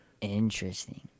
Interesting